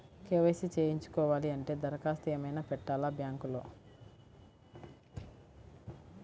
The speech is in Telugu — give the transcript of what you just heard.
కే.వై.సి చేయించుకోవాలి అంటే దరఖాస్తు ఏమయినా పెట్టాలా బ్యాంకులో?